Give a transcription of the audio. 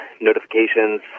notifications